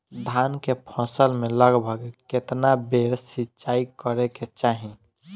धान के फसल मे लगभग केतना बेर सिचाई करे के चाही?